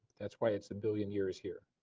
that's why it's a billion years here.